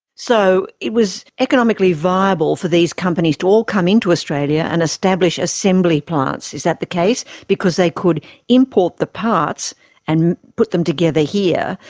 so it was economically viable for these companies to all come into australia and establish assembly plants, is that the case? because they could import the parts and put them together here,